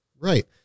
Right